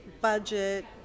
budget